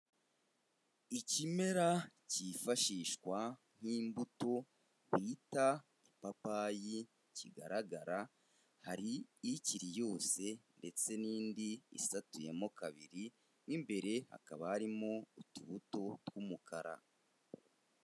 Ikimera cyifashishwa nk'imbuto bita ipapayi kigaragara, hari ikiri yose ndetse n'indi isatuyemo kabiri, mo imbere hakaba harimo utubuto tw'umukara.